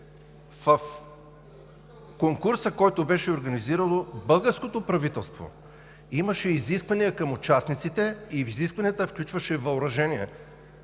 в конкурса, който беше организирало българското правителство, имаше изисквания към участниците и те включваха въоръжение.